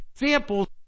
examples